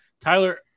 Tyler